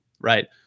right